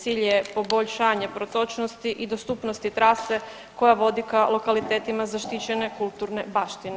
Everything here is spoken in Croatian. Cilj je poboljšanje protočnosti i dostupnosti trase koja vodi ka lokalitetima zaštićene kulturne baštine.